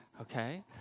Okay